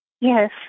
Yes